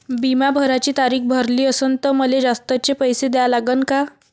बिमा भराची तारीख भरली असनं त मले जास्तचे पैसे द्या लागन का?